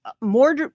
more